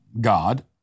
God